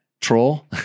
troll